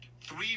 Three